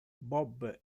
bob